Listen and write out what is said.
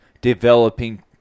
developing